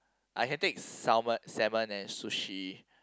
I can take salmon salmon and sushi